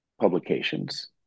publications